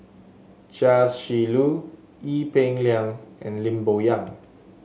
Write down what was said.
Chia Shi Lu Ee Peng Liang and Lim Bo Yam